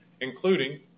including